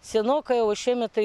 senokai o šiemet tai